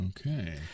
okay